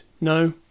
No